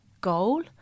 goal